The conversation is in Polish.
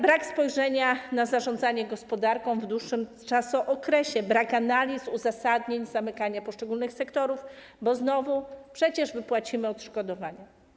Brak spojrzenia na zarządzanie gospodarką w dłuższym okresie, brak analiz, uzasadnień, zamykanie poszczególnych sektorów, bo znowu: przecież wypłacimy odszkodowania.